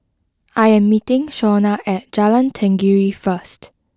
I am meeting Shawnna at Jalan Tenggiri first